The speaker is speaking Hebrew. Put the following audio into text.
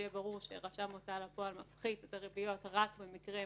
שיהיה ברור שרשם הוצאה לפועל מפחית את הריביות רק במקרים